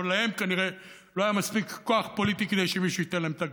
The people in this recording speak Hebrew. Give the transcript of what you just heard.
אבל להם כנראה לא היה מספיק כוח פוליטי כדי שמישהו ייתן להם את הגב.